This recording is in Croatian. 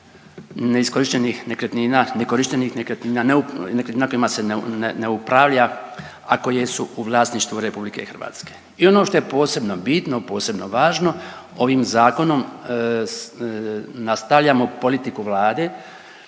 neiskorištenih nekretnina, nekorištenih nekretnina, nekretnina kojima se ne upravlja ako jesu u vlasništvu RH. I ono što je posebno bitno, posebno važno ovim zakonom nastavljamo politiku Vlade